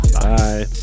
Bye